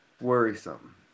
worrisome